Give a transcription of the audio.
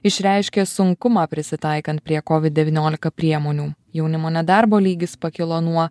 išreiškė sunkumą prisitaikant prie kovid devyniolika priemonių jaunimo nedarbo lygis pakilo nuo